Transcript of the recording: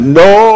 no